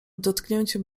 dotknięciem